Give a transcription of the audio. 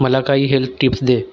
मला काही health tips दे